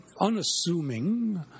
unassuming